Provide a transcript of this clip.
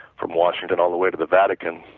from washington all the way to the vatican,